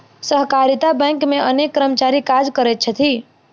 सहकारिता बैंक मे अनेक कर्मचारी काज करैत छथि